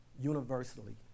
universally